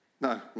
No